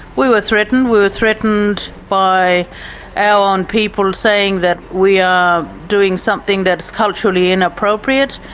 we were threatened, we were threatened by our own people saying that we are doing something that is culturally inappropriate,